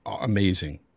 amazing